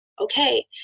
okay